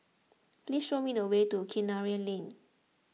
please show me the way to Kinara Lane